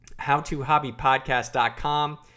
howtohobbypodcast.com